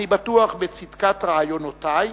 אני בטוח בצדקת רעיונותי,